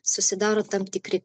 susidaro tam tikri